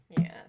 Yes